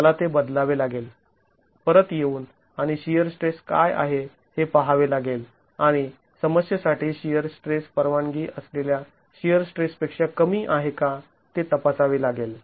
मला ते बदलावे लागेल परत येऊन आणि शिअर स्ट्रेस काय आहे हे पहावे लागेल आणि समस्येसाठी शिअर स्ट्रेस परवानगी असलेल्या शिअर स्ट्रेस पेक्षा कमी आहे का ते तपासावे लागेल